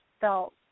felt